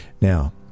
Now